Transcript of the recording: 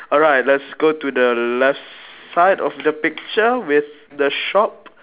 alright let's go to the left side of the picture with the shop